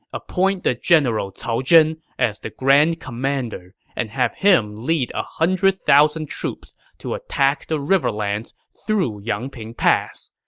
appoint the general cao zhen as the grand commander and have him lead one ah hundred thousand troops to attack the riverlands through yangping pass.